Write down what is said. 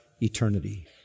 eternity